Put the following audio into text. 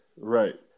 Right